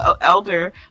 elder